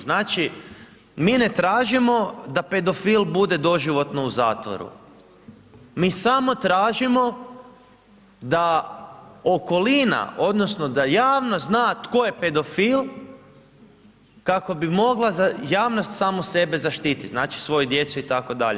Znači mi ne tražimo da pedofil bude doživotno u zatvoru, mi samo tražimo da okolina, odnosno da javnost zna tko je pedofil kako bi mogla javnost samu sebe zaštiti, znači svoju djecu itd.